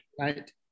right